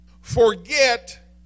forget